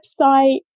website